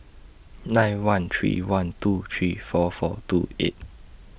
nine one three one two three four four two eight